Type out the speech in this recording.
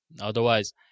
Otherwise